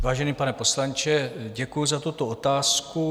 Vážený pane poslanče, děkuji za tuto otázku.